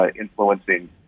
influencing